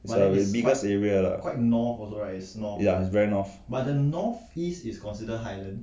it the biggest area yeah ya is very north